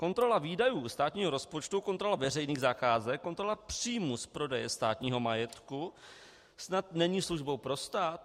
Kontrola výdajů státního rozpočtu, kontrola veřejných zakázek, kontrola příjmů z prodeje státního majetku snad není službou pro stát?